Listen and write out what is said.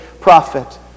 prophet